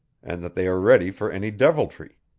and that they are ready for any deviltry.